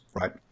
right